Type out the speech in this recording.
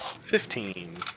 fifteen